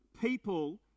people